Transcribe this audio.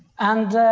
and